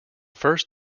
first